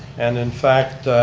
and in fact,